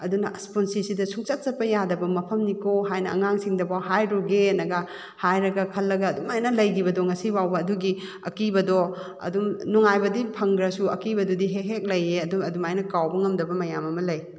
ꯑꯗꯨꯅ ꯑꯁ ꯄꯨꯟꯁꯤꯁꯤꯗ ꯁꯨꯡꯆꯠ ꯆꯠꯄ ꯌꯥꯗꯕ ꯃꯐꯝꯅꯤꯀꯣ ꯍꯥꯏꯅ ꯑꯉꯥꯡꯁꯤꯡꯗꯐꯥꯎ ꯍꯥꯎꯔꯨꯒꯦꯅꯒ ꯍꯥꯏꯔꯒ ꯈꯜꯂꯒ ꯑꯗꯨꯃꯥꯏꯅ ꯂꯩꯈꯤꯕꯗꯣ ꯉꯁꯤꯐꯥꯎꯕꯗ ꯑꯗꯨꯒꯤ ꯑꯀꯤꯕꯗꯣ ꯑꯗꯨꯝ ꯅꯨꯡꯉꯥꯏꯕꯗꯤ ꯐꯪꯈ꯭ꯔꯁꯨ ꯑꯀꯤꯕꯗꯨꯗꯤ ꯍꯦꯛ ꯍꯦꯛ ꯂꯩꯌꯦ ꯑꯗꯨ ꯑꯗꯨꯃꯥꯏꯅ ꯀꯥꯎꯕ ꯉꯝꯗꯕ ꯃꯌꯥꯝ ꯑꯃ ꯂꯩ